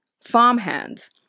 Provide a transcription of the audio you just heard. farmhands